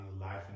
life